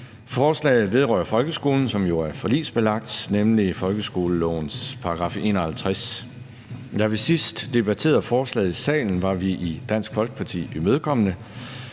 Forslaget vedrører folkeskolen, som jo er forligsbelagt, nemlig folkeskolelovens § 51, og da vi sidst debatterede forslaget i salen, var vi i Dansk Folkeparti imødekommende.